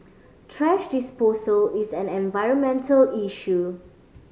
thrash disposal is an environmental issue